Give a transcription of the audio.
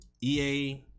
EA